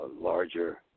larger